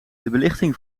belichting